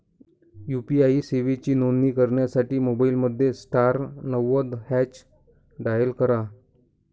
UPI सेवांची नोंदणी करण्यासाठी मोबाईलमध्ये स्टार नव्वद हॅच डायल करा